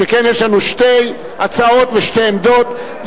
שכן יש לנו שתי הצעות ושתי עמדות.